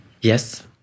Yes